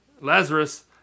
Lazarus